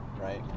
right